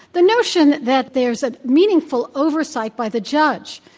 the notion that there is a meaningful oversight by the judge,